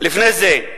לפני זה: